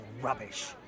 rubbish